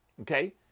okay